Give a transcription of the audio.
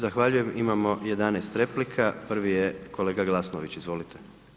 Zahvaljujem imamo 11 replika, prvi je kolega Glasnović, izvolite.